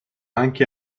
anche